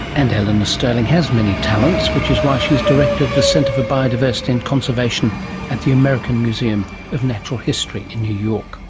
and eleanor sterling has many talents, which is why she's director for the centre for biodiversity and conservation at the american museum of natural history in new york